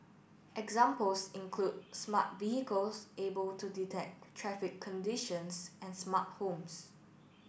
examples include smart vehicles able to detect traffic conditions and smart homes